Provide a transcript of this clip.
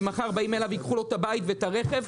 כי מחר יבואו אליו וייקחו לו את הבית ואת הרכב,